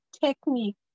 technique